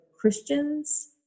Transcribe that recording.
Christians